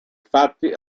fatti